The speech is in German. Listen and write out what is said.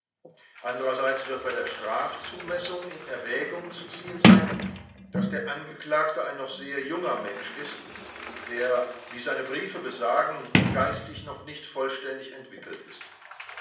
andererseits wird bei der strafzumessung in erwägung zu ziehen sein daß der angeklagte ein noch sehr junger mensch ist der wie seine briefe besagen geistig noch nicht vollständig entwickelt ist